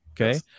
Okay